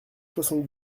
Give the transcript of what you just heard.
soixante